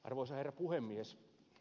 arvoisa herra puhemies